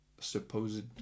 supposed